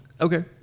Okay